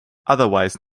otherwise